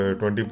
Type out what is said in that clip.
20%